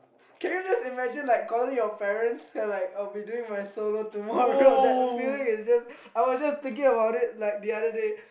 can you just imagine like calling your parents and like I'll be doing my solo tomorrow that feeling is just I was just thinking about it like the other day